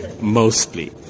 mostly